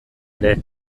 ere